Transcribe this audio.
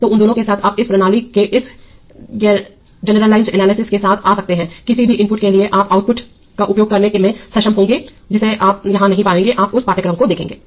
तो उन दोनों के साथ आप इस प्रणाली के इस गेनेरलीज़ेड एनालिसिस के साथ आ सकते हैं किसी भी इनपुट के लिए आप आउटपुट का उपयोग करने में सक्षम होंगे जिसे आप यहां नहीं पाएंगेआप उस पाठ्यक्रम को देखेंगे